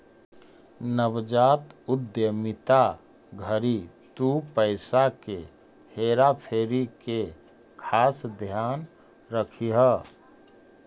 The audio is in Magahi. नवजात उद्यमिता घड़ी तु पईसा के हेरा फेरी के खास ध्यान रखीह